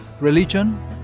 religion